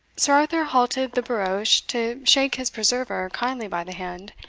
sir arthur halted the barouche to shake his preserver kindly by the hand,